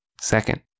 Second